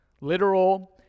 Literal